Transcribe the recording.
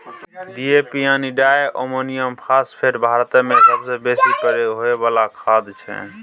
DAP यानी di ammonium phosphate भारतमे सबसँ बेसी प्रयोग होइ बला खाद छै